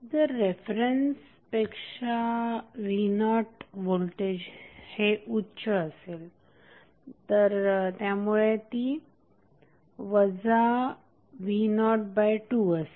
जर रेफरन्स पेक्षा v0व्होल्टेज हे उच्च असेल तर त्यामुळे ती v02 असेल